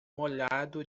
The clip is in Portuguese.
molhado